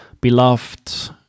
beloved